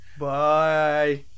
Bye